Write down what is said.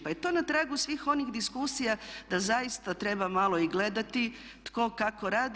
Pa je to na tragu svih onih diskusija da zaista treba malo i gledati tko kako radi.